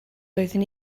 doeddwn